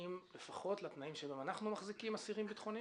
זהים לפחות לתנאים שאנחנו מחזיקים עצירים ביטחוניים?